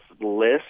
list